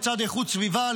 לצד איכות סביבה,